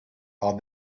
are